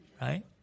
right